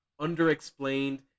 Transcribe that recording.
underexplained